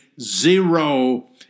zero